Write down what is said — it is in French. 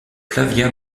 flavia